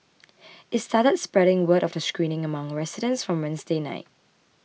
it started spreading word of the screening among residents from Wednesday night